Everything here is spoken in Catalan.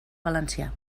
valencià